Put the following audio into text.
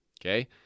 okay